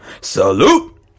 Salute